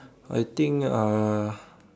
I think uh